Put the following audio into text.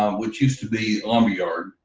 um which used to be a lumberyard.